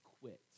quit